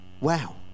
Wow